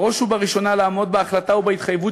בראש ובראשונה לעמוד בהחלטה ובהתחייבות